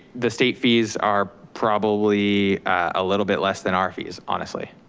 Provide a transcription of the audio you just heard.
the state fees are probably a little bit less than our fees, honestly,